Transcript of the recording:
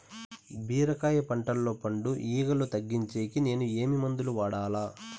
బీరకాయ పంటల్లో పండు ఈగలు తగ్గించేకి నేను ఏమి మందులు వాడాలా?